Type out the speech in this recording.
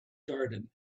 garden